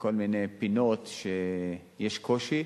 לכל מיני פינות שיש קושי.